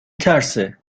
ترسه